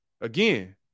Again